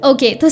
Okay